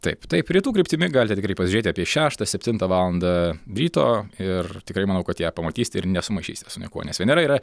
taip taip rytų kryptimi galite tikrai pasižiūrėti apie šeštą septintą valandą ryto ir tikrai manau kad ją pamatysit ir nesumaišysite su niekuo nes venera yra